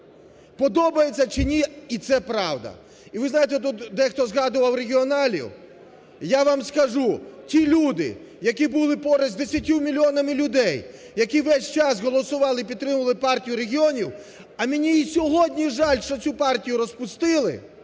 Подобається чи ні, і це правда. І ви знаєте, тут дехто згадував регіоналів. Я вам скажу, ті люди, які були поруч з 10 мільйонами людей, які весь час голосували, підтримували Партію регіонів, а мені і сьогодні жаль, що цю партію розпустили,